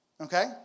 Okay